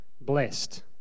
Blessed